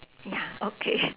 ya okay